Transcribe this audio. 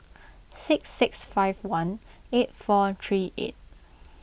six six five one eight four three eight